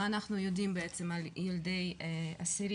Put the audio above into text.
מה אנחנו יודעים בעצם על ילדי אסירים.